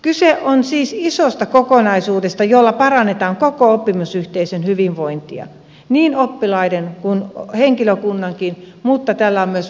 kyse on siis isosta kokonaisuudesta jolla parannetaan koko oppimisyhteisön hyvinvointia niin oppilaiden kuin henkilökunnankin mutta tällä on myös vaikutusta kotiin